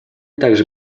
также